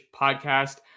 podcast